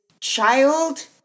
child